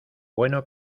bueno